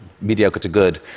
mediocre-to-good